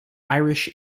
irish